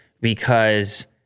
because-